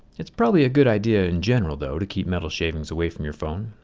it's probably a good idea in general though to keep metal shavings away from your phone.